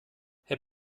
herr